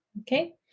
Okay